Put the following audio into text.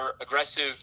aggressive